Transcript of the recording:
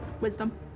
Wisdom